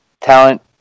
talent